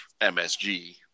MSG